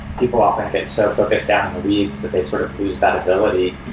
people often think so focus down the weeds that they sort of lose that ability.